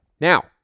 Now